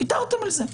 ויתרתם על זה.